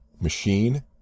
Machine